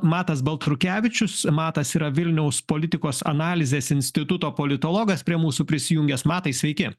matas baltrukevičius matas yra vilniaus politikos analizės instituto politologas prie mūsų prisijungęs matai sveiki